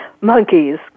monkeys